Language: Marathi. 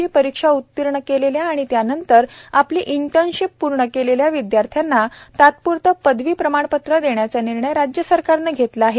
ची परीक्षा उत्तीर्ण केलेल्या आणि त्यानंतर आपली इंटर्नशीप पूर्ण केलेल्या विद्यार्थ्यांना तात्प्रतं पदवी प्रमाणपत्र देण्याचा निर्णय राज्य सरकारनं घेतला आहे